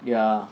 ya